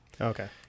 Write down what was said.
Okay